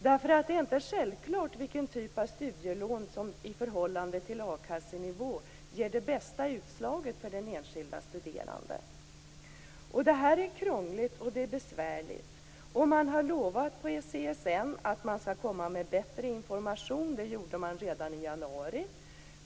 Det är nämligen inte självklart vilken typ av studielån som i förhållande till a-kassenivå ger det bästa utslaget för den enskilde studeranden. Det här är krångligt och besvärligt. Man har på CSN lovat att komma med bättre information. Det lovade man redan i januari.